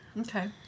Okay